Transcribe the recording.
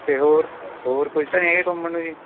ਅਤੇ ਹੋਰ ਹੋਰ ਕੁਛ ਤਾਂ ਨਹੀਂ ਹੈਗਾ ਘੁੰਮਣ ਨੂੰ ਜੀ